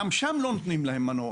גם שם לא נותנים להם מנוח.